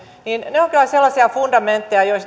ne ovat kyllä sellaisia fundamentteja